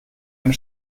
eine